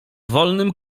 wolnym